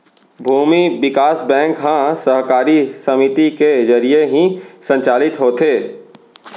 भूमि बिकास बेंक ह सहकारी समिति के जरिये ही संचालित होथे